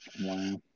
Wow